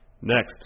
Next